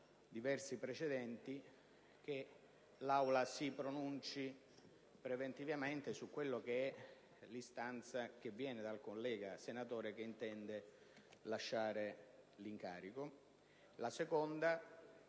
rispetto al fatto che l'Aula si pronunci preventivamente sull'istanza che viene dal collega senatore che intende lasciare l'incarico. Il secondo